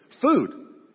food